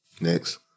Next